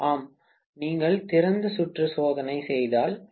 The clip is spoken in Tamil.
மாணவர் நீங்கள் திறந்த சுற்று சோதனை செய்தால் 3250